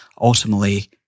ultimately